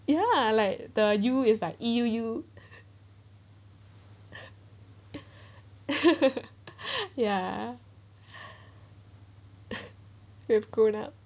ya like the !eww! is like E_U_U ya we've grown up